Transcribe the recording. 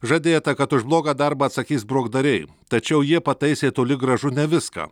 žadėta kad už blogą darbą atsakys brokdariai tačiau jie pataisė toli gražu ne viską